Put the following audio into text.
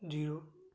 zero